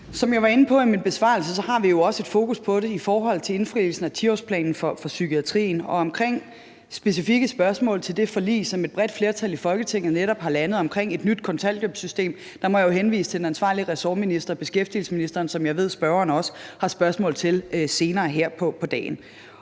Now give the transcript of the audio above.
Som jeg var inde på i min besvarelse, har vi også et fokus på det i forhold til indfrielsen af 10-årsplanen for psykiatrien. Omkring specifikke spørgsmål til det forlig, som et bredt flertal i Folketinget netop har landet omkring et nyt kontanthjælpssystem, må jeg jo henvise til den ansvarlige ressortminister, beskæftigelsesministeren, som jeg også ved at spørgeren har spørgsmål til her senere på dagen.